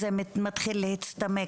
זה מתחיל להצטמק